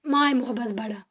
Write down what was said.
ماے محبت بڑان